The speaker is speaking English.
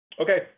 Okay